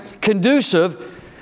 conducive